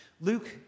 Luke